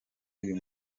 uyu